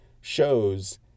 shows